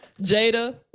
Jada